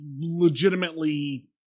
legitimately